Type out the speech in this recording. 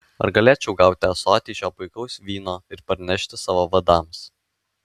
ar galėčiau gauti ąsotį šio puikaus vyno ir parnešti savo vadams